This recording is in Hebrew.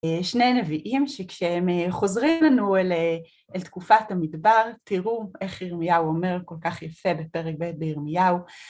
שני נביאים שכשהם חוזרים לנו אל תקופת המדבר, תראו איך ירמיהו אומר כל כך יפה בפרק בי"ת בירמיהו.